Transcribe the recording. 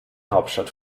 hauptstadt